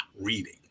reading